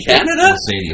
Canada